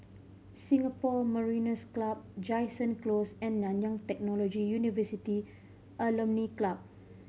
Singapore Mariners' Club Jansen Close and Nanyang Technological University Alumni Club